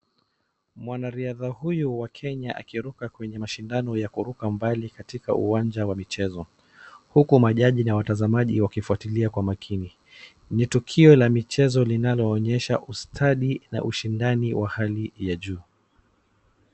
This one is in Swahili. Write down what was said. Mwanariadha huyu wa kenya akiruka kwenye mashindano ya kuruka mbali katika uwanja wa michezo huku majaji na watazamaji wakifuatilia kwa makini. Ni tukio la michezo linaloonyesha ustadi na ushindani wa hali ya juu.